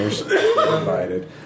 invited